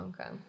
Okay